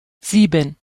sieben